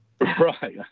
Right